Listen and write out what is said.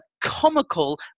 comical